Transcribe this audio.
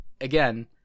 again